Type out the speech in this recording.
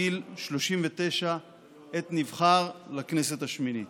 היה בגיל 39 עת נבחר לכנסת השמינית.